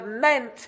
meant